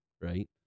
Right